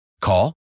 Call